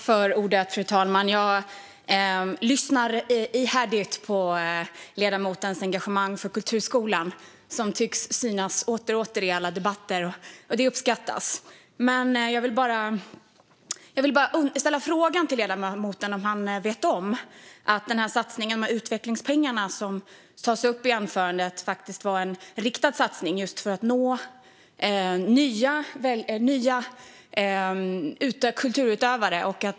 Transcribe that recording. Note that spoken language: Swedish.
Fru talman! Jag lyssnar ihärdigt på ledamotens engagemang för kulturskolan, som tycks komma tillbaka i alla debatter. Det uppskattas. Jag vill bara ställa frågan till ledamoten om han vet om att den satsning med utvecklingspengar som togs upp i anförandet faktiskt var en riktad satsning just för att nå nya kulturutövare.